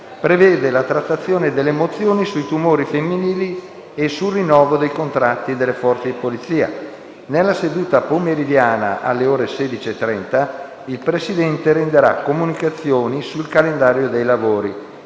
prevede la trattazione delle mozioni sui tumori femminili e sul rinnovo dei contratti delle Forze di polizia. Nella seduta pomeridiana alle ore 16,30, il Presidente renderà comunicazioni sul calendario dei lavori.